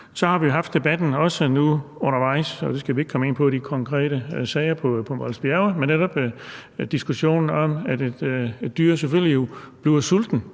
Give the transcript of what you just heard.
nu også haft debatten – og der skal vi ikke komme ind på de konkrete sager i Mols Bjerge – og diskussionen om, at et dyr jo selvfølgelig bliver sultent,